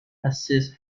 assisted